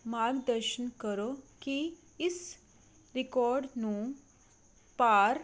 ਮਾਰਗ ਦਰਸ਼ਨ ਕਰੋ ਕਿ ਇਸ ਰਿਕਾਰਡ ਨੂੰ ਭਾਰ